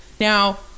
Now